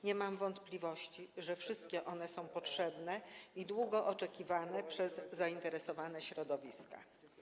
Nie mam wątpliwości, że wszystkie są potrzebne i że są długo oczekiwane przez zainteresowane środowiska.